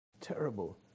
Terrible